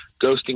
Ghosting